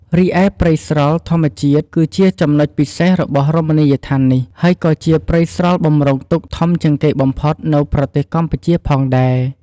រីឯព្រៃស្រល់ធម្មជាតិគឺជាចំណុចពិសេសរបស់រមណីយដ្ឋាននេះ ហើយក៏ជាព្រៃស្រល់បំរុងទុកធំជាងគេបំផុតនៅប្រទេសកម្ពុជាផងដែរ។